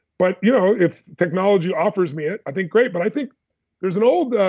but you know if technology offers me it, i think great. but i think there's an old.